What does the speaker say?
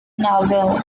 novel